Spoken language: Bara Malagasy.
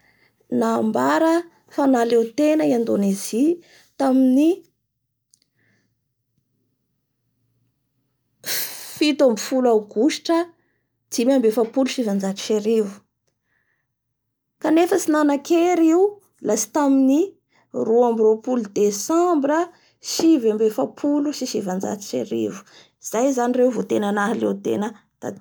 Ny volan'olo a Indonesi agny da ny IDR da ny karaman'olo a indonesi agny mandritry ny tao da efapolo amin'ny zato sy efatsy arivo dollard kely be zay raha tahana amin'ny karaman'olo a frantsa agny satrai ngandreo agny valopolo sy valonjato sy telo arivo sy efatraly dolara isatao. izay ny karamn'olo agny.